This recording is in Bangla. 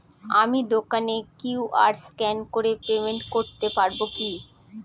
আমি দোকানে কিউ.আর স্ক্যান করে পেমেন্ট করতে পারবো কি?